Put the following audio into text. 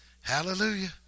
Hallelujah